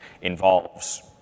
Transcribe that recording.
involves